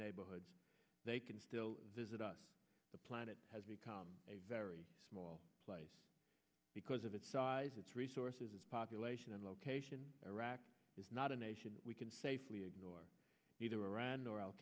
neighborhoods they can still visit us the planet has become a very small place because of its size its resources its population and location iraq is not a nation we can safely ignore either iran or al